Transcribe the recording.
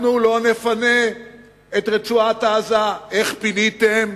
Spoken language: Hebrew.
אנחנו לא נפנה את רצועת-עזה, איך פיניתם.